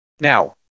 Now